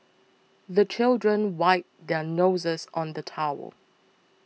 the children wipe their noses on the towel